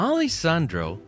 Alessandro